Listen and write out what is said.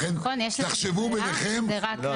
לכן תחשבו ביניכם --- אני